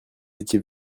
étiez